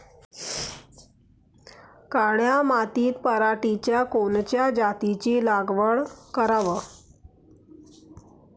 काळ्या मातीत पराटीच्या कोनच्या जातीची लागवड कराव?